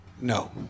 No